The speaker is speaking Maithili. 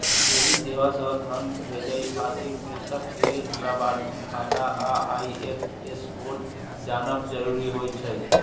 एहि सेवा सं धन भेजै खातिर प्रेषक कें लाभार्थीक खाता आ आई.एफ.एस कोड जानब जरूरी होइ छै